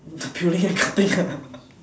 the peeling and cutting ah